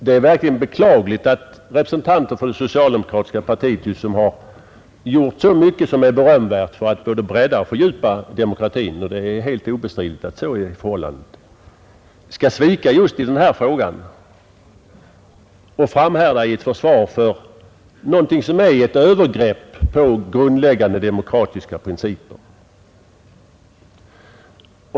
Det är verkligen beklagligt att representanter för det socialdemokratiska partiet, som gjort så mycket berömvärt både för att bredda och fördjupa demokratin — det är helt obestridligt att så är förhållandet — skall svika just i den här frågan och framhärda i ett försvar för någonting som är ett övergrepp på grundläggande demokratiska principer.